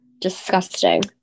disgusting